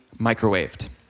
microwaved